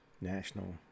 National